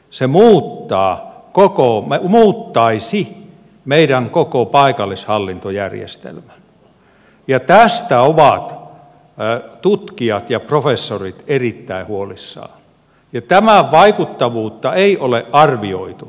se muuttaisi meidän koko paikallishallintojärjestelmäämme ja tästä ovat tutkijat ja professorit erittäin huolissaan ja tämän vaikuttavuutta ei ole arvioitu